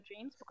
dreams